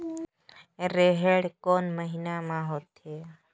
रेहेण कोन महीना म होथे?